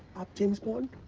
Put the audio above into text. james bond.